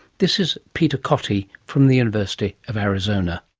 this is peter cotty from the university of arizona.